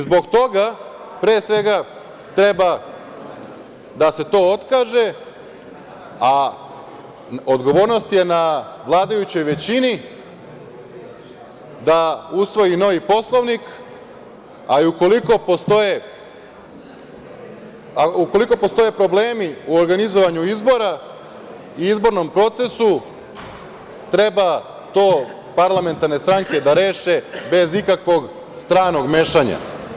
Zbog toga, pre svega, treba da se to otkaže, a odgovornost je na vladajućoj većini da usvoji novi Poslovnik, a i ukoliko postoje problemi u organizovanju izbora i izbornom procesu, treba to parlamentarne stranke da reše bez ikakvog stranog mešanja.